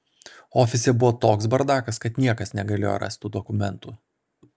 ofise buvo toks bardakas kad niekas negalėjo rast tų dokumentų